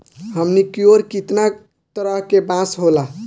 हमनी कियोर कितना तरह के बांस होला